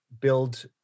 build